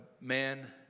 man